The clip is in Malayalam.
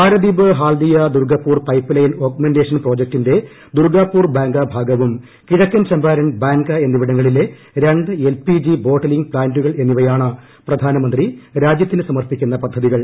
Paradip Haldia ദുർഗപൂർ pipe line augmentation പ്രോജക്ടിന്റെ ദുർഗ്ഗാപൂർബാങ്ക ഭാഗവും കിഴക്കൻ ചമ്പാരൻ ബാൻക എന്നിവിടങ്ങളിലെ രണ്ട് എൽ പി ജി ബോട്ട് ലിംഗ് പ്ലാന്റുകൾ എന്നിവയാണ് പ്രപ്രധാനമന്ത്രി രാജ്യത്തിന് സമർപ്പിക്കുന്ന പദ്ധതികൾ